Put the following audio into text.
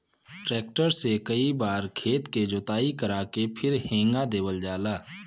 tractor से कई बार खेत के जोताई करा के फिर हेंगा देवल जाला